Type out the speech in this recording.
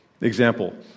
Example